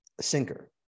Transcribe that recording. sinker